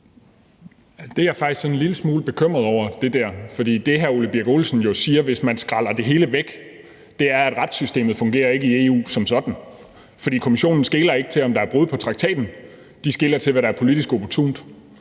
der er jeg faktisk en lille smule bekymret over, for det, hr. Ole Birk Olesen jo siger, hvis man skræller det hele væk, er, at retssystemet i EU som sådan ikke fungerer, fordi Kommissionen skeler ikke til, om der er brud på traktaten, men skeler til, hvad der politisk er opportunt.